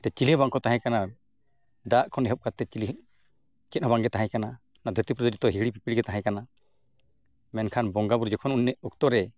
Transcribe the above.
ᱪᱤᱞᱤ ᱦᱚᱸ ᱵᱟᱝᱠᱚ ᱛᱟᱦᱮᱸᱠᱟᱱᱟ ᱫᱟᱜ ᱠᱷᱚᱱ ᱮᱦᱚᱵ ᱠᱟᱛᱮᱫ ᱪᱤᱞᱤ ᱪᱮᱫ ᱦᱚᱸ ᱵᱟᱝᱜᱮ ᱛᱟᱦᱮᱸ ᱠᱟᱱᱟ ᱱᱚᱣᱟ ᱫᱷᱟᱹᱨᱛᱤ ᱯᱩᱨᱤ ᱨᱮᱫᱚ ᱦᱤᱦᱤᱲᱤ ᱯᱤᱯᱤᱲᱤᱜᱮ ᱛᱟᱦᱮᱸ ᱠᱟᱱᱟ ᱢᱮᱱᱠᱷᱟᱱ ᱵᱚᱸᱜᱟᱼᱵᱩᱨᱩ ᱡᱚᱠᱷᱚᱱ ᱚᱱᱟ ᱚᱠᱛᱚᱨᱮ